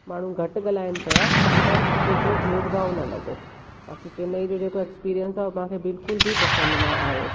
माण्हू घटि ॻाल्हाइण पिया पर एतिरो भेदभाव न लॻो बाक़ी चैन्नई जो जेको एक्सीपीरियंस आहे मूंखे बिल्कुल बि पसंदि न आहियो